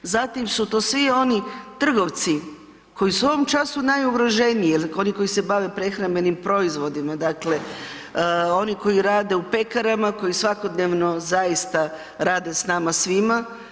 Zatim su tu svi oni trgovci koji su u ovom času najugroženiji, jer oni koji se bave prehrambenim proizvodima dakle oni koji rade u pekarama, koji svakodnevno zaista rade s nama svima.